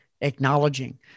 acknowledging